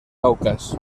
caucas